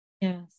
yes